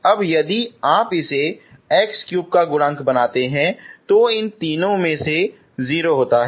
अब यदि आप इसे x3 का गुणांक बनाते हैं तो इन तीनों में से 0 होता है